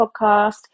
podcast